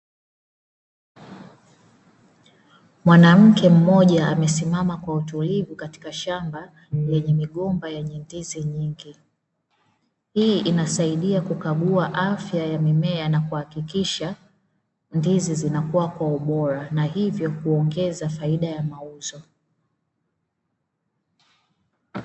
Mwanamke mmoja amesimama kwa utulivu katika shamba lenye migomba yenye ndizi nyingi , hii inasaidia kukagua afya ya mimea na kuhakikisha ndizi zinakuwa kwa ubora, na hivyo kuongeza faida ya mauzo.